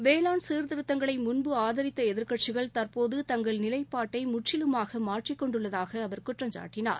வேளாண் சீர்திருத்தங்களை முன்பு ஆதரித்த எதிர்க்கட்சிகள் தற்போது தங்கள் நிலைப்பாட்டை முற்றிலுமாக மாற்றிக்கொண்டுள்ளதாக அவர் குற்றம்சாட்டினார்